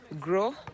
grow